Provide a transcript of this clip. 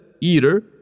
eater